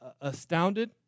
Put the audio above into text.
astounded